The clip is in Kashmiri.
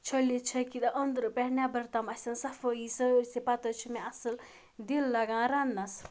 چھٔلِتھ چھوٚکِتھ أنٛدرٕ پٮ۪ٹھ نٮ۪بر تام آسن صفٲیی سٲرسٕے پَتہٕ حظ چھِ مےٚ اَصٕل دِل لَگان رَنٛنَس